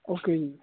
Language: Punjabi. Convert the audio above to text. ਓਕੇ ਜੀ